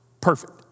Perfect